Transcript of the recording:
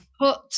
Put